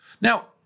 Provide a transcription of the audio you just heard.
Now